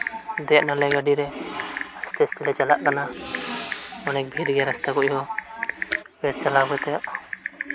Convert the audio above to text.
ᱫᱮᱡᱱᱟᱞᱮ ᱜᱟᱹᱰᱤ ᱨᱮ ᱟᱥᱛᱮ ᱟᱥᱛᱮ ᱞᱮ ᱪᱟᱞᱟᱜ ᱠᱟᱱᱟ ᱟᱹᱰᱤ ᱵᱷᱤᱲᱜᱮᱭᱟ ᱨᱟᱥᱛᱟᱠᱩᱡ ᱦᱚᱸ ᱪᱟᱞᱟᱣ ᱠᱟᱛᱮᱫ